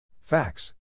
Facts